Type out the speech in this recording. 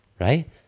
right